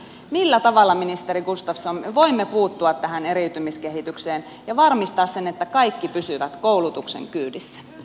millä tavalla ministeri gustafsson me voimme puuttua tähän eriytymiskehitykseen ja varmistaa sen että kaikki pysyvät koulutuksen kyydissä